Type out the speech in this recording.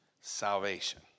salvation